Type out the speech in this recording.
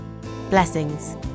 Blessings